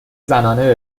زنانه